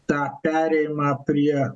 tą perėjimą prie